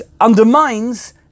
undermines